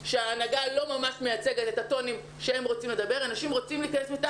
ההורים צריכים להיות משוחררים כדי